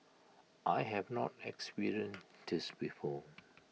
I have not experienced this before